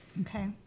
Okay